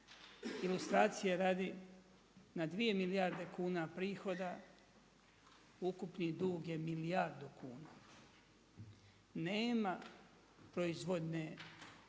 ilustracije radi, na dvije milijarde kuna prihoda ukupni dug je milijardu kuna. Nema proizvodnog